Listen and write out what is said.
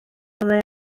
fyddai